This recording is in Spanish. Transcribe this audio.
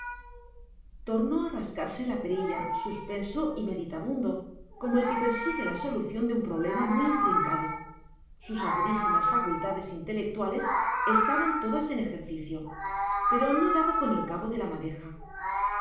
tornó a rascarse la perilla suspenso y meditabundo como el que persigue la solución de un problema muy intrincado sus agudísimas facultades intelectuales estaban todas en ejercicio pero no daba con el cabo de la madeja